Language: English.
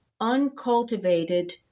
uncultivated